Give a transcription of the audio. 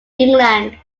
england